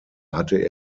hatte